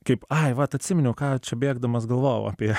kaip ai vat atsiminiau ką čia bėgdamas galvojau apie